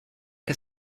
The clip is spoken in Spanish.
que